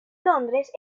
londres